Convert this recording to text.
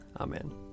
Amen